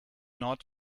not